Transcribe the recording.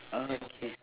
okay